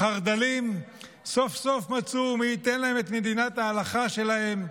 החרד"לים סוף-סוף מצאו מי ייתן להם את מדינת ההלכה שלהם,